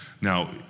Now